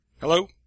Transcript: Hello